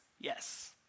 yes